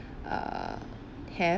err have